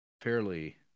fairly